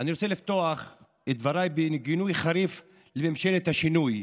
אני רוצה לפתוח את דבריי בגינוי חריף לממשלת השינוי,